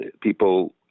people